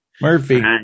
Murphy